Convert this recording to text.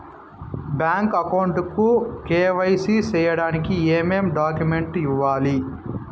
Bank account కు KYC సేయడానికి ఏమేమి డాక్యుమెంట్ ఇవ్వాలి?